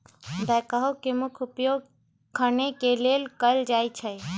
backhoe के मुख्य उपयोग खने के लेल कयल जाइ छइ